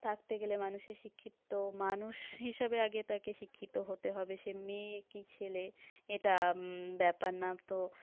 থাকতে গেলে মানুষের শিক্ষিত মানুষ হিসাবে আগে তাকে শিক্ষিত হতে হবে সে মেয়ে কী ছেলে এটা ব্যাপার না তো